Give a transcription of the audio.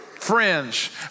Friends